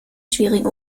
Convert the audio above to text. schwierigen